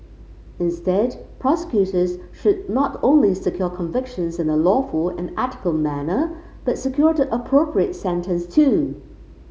instead prosecutors should not only secure convictions in a lawful and ethical manner but secure the appropriate sentence too